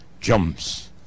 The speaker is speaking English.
jumps